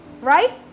right